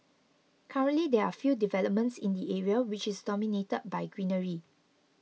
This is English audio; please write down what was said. currently there are few developments in the area which is dominated by greenery